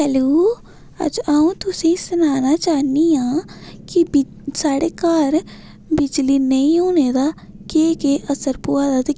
hello अज्ज आ'ऊं तुसेंगी सनाना चाह्नियां कि साढ़े घार बिजली नेईं होने दा केह् केह् असर पवा दा ते